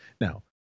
Now